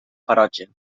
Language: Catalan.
ferotge